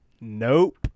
nope